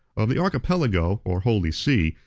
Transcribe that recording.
of the archipelago, or holy sea,